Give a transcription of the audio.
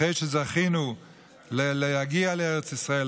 אחרי שזכינו להגיע לארץ ישראל,